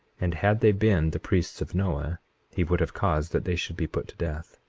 and had they been the priests of noah he would have caused that they should be put to death.